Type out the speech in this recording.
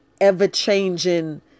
ever-changing